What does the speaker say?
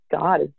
God